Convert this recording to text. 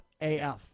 AF